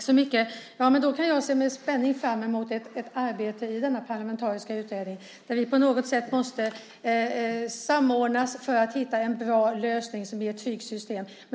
Herr talman! Jag ser med spänning fram emot ett arbete i denna parlamentariska utredning där vi på något sätt måste samordnas för att hitta en bra lösning som ger ett tryggt system.